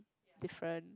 different